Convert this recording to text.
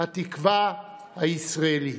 התקווה הישראלית,